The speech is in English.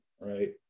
right